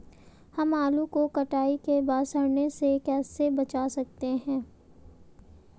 हम आलू को कटाई के बाद सड़ने से कैसे बचा सकते हैं?